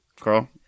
Carl